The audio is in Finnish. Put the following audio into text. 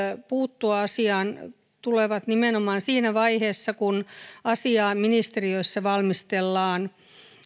puuttua asiaan tulevat nimenomaan siinä vaiheessa kun asiaa ministeriöissä valmistellaan